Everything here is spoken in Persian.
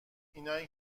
اینایی